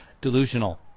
delusional